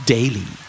Daily